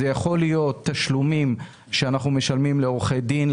זה יכול להיות תשלומים שאנחנו משלמים לעורכי דין,